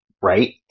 right